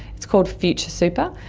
it's called future super,